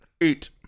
eight